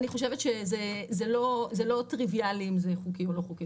אני חושבת שזה לא טריוויאלי אם זה חוקי או לא חוקי,